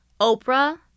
Oprah